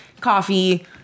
coffee